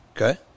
okay